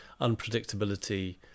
unpredictability